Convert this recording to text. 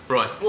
Right